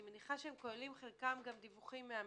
אני מניחה שחלקם כוללים דיווחים גם מה-106.